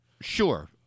Sure